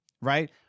right